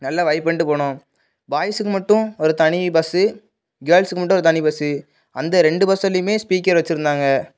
நல்லா வைப் பண்ணிட்டு போனோம் பாய்ஸுக்கு மட்டும் ஒரு தனி பஸ்ஸு கேர்ள்ஸுக்கு மட்டும் ஒரு தனி பஸ்ஸு அந்த ரெண்டு பஸ்ஸுலேயுமே ஸ்பீக்கர் வைச்சிருந்தாங்க